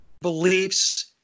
beliefs